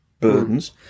burdens